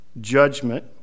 judgment